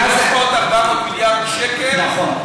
300 400 מיליארד שקל, נכון.